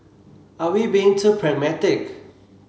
are we being too pragmatic